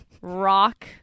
rock